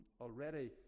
already